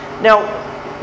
Now